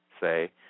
say